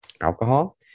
alcohol